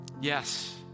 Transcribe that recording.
Yes